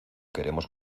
queremos